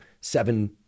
seven